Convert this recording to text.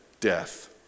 death